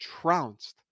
trounced